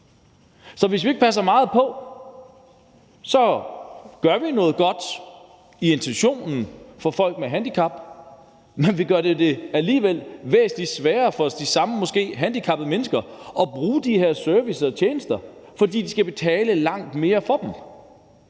Så hvis vi ikke passer meget på, gør vi noget godt i intentionen for folk med handicap, men vi gør det alligevel væsentlig sværere for de måske samme handicappede mennesker at bruge de her servicer og tjenester, fordi de skal betale langt mere for dem,